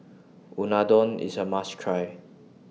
Unadon IS A must Try